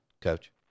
Coach